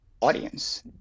audience